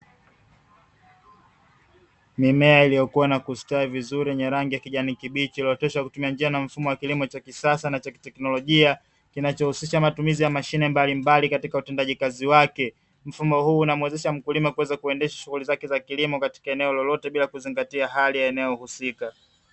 Mimea iliyokua na kustawi vizuri yenye rangi ya kijani kibichi, iliyo oteshwa kwa kutumia njia na mfumo kilimo cha kisasa na cha kiteknolojia kinacho husisha matumizi ya Mashine mbali mbali katika utendaji kazi wake, mfumo huu unamuwezesha Mkulima kuweza kuendesha shughuli zake za kilimo katika eneo lolote bila kuzingatia hali ya eneo husika.